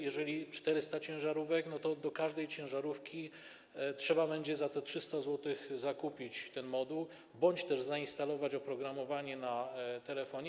Jeżeli 400 ciężarówek, to do każdej ciężarówki trzeba będzie za te 300 zł zakupić ten moduł bądź też zainstalować oprogramowanie na telefonie.